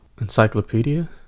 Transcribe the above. Encyclopedia